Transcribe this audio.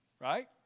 right